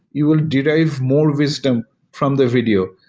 you will derive more wisdom from the video.